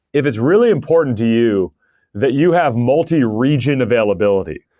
if it's really important to you that you have multi-region availability,